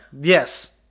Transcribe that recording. Yes